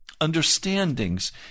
understandings